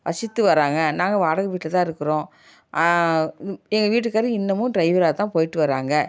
வசித்து வர்றாங்க நாங்கள் வாடகை வீட்டில் தான் இருக்கிறோம் எங்கள் வீட்டுக்காரரு இன்னுமும் ட்ரைவராக தான் போய்ட்டு வர்றாங்க